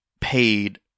paid